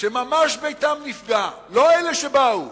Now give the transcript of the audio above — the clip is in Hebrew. שממש ביתם נפגע, לא אלה שבאו,